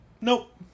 Nope